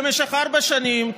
במשך ארבע שנים,